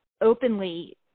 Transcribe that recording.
openly